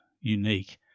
unique